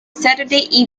saturday